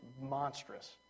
monstrous